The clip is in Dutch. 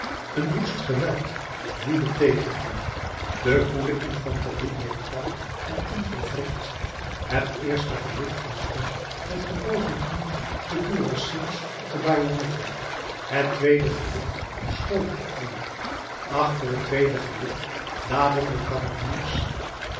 een woest geweld woedde tegen hen de koele infanterie bleef pal en onverwrikt het eerste gelid ontving met gebogen knie de kurassiers op de bajonetten het tweede gelid schoot op hen achter het tweede gelid laadden de